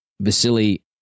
Vasily